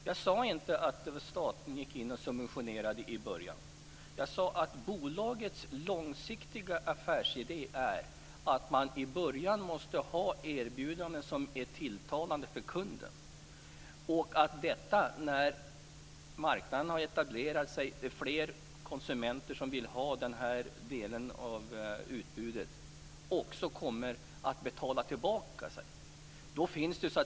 Jag sade inte att staten gick in och subventionerade i början, utan jag sade att bolagets långsiktiga affärsidé är att man i början måste ha erbjudanden som är tilltalande för kunden och att det, när marknaden har etablerat sig och det är fler konsumenter som vill ha den här delen av utbudet, kommer att återbetala sig.